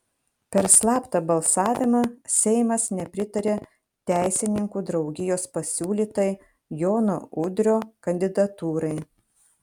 per slaptą balsavimą seimas nepritarė teisininkų draugijos pasiūlytai jono udrio kandidatūrai